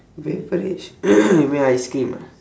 beverage ice cream ah